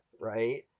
right